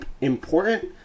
important